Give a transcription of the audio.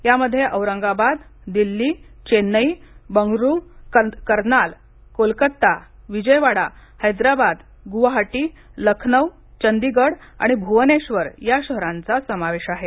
यामध्ये औरंगाबाद दिल्ली चेन्नई बंगळूरु कर्नाल कोलकता विजयवाडा हैदराबाद गुवाहाटी लखनौ चंडीगड आणि भुवनेश्वर या शहरांचा समावेश आहे